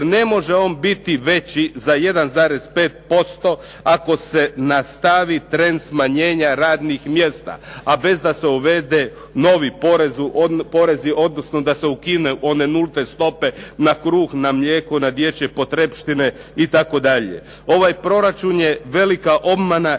ne može on biti veći za 1,5% ako se nastavi trend smanjenja radnih mjesta a bez da se uvede novi porezi odnosno da se ukinu one nulte stope na kruh, na mlijeko, dječje potrepštine itd. Ovaj proračun je velika obmana